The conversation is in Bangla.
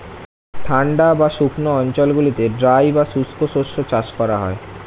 ঠান্ডা বা শুকনো অঞ্চলগুলিতে ড্রাই বা শুষ্ক শস্য চাষ করা হয়